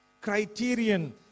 criterion